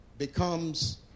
becomes